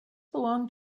belong